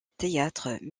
théâtre